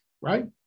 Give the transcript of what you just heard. right